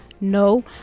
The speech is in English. no